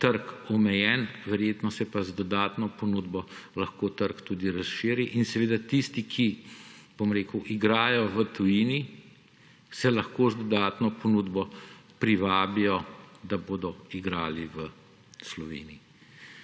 trg omejen, verjetno pa se z dodatno ponudbo lahko trg tudi razširi. Tisti, ki igrajo v tujini, se lahko z dodatno ponudbo privabijo, da bodo igrali v Sloveniji.